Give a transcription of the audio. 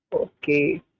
Okay